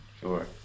Sure